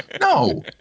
No